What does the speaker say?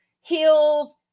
heels